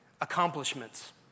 accomplishments